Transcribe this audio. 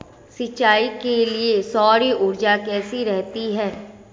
सिंचाई के लिए सौर ऊर्जा कैसी रहती है?